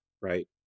Right